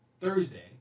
Thursday